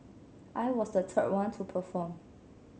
I was the third one to perform